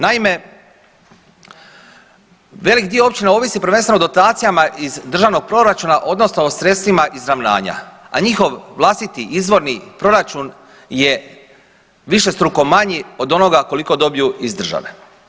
Naime, velik dio općina ovisi prvenstveno o dotacijama iz državnog proračuna odnosno o sredstvima izravnanja, a njihov vlastiti izvorni proračun je višestruko manji od onoga koliko dobiju iz države.